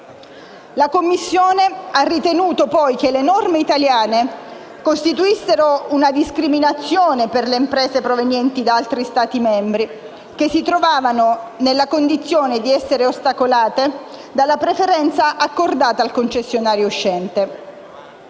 La Commissione ha ritenuto che le norme italiane costituissero una discriminazione per le imprese provenienti da altri Stati membri, che si trovavano nella condizione di essere ostacolate dalla preferenza accordata al concessionario uscente.